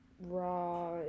raw